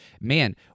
man